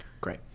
Great